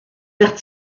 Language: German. wird